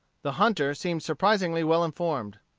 the hunter seemed surprisingly well informed.